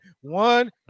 One